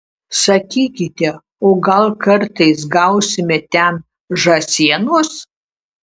sakykite o gal kartais gausime ten žąsienos